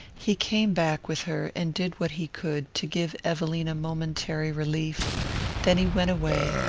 he came back with her and did what he could to give evelina momentary relief then he went away,